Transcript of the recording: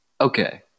Okay